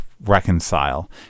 reconcile